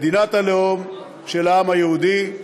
מדינת הלאום של העם היהודי,